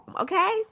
okay